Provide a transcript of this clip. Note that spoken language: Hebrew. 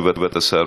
תשובת השר,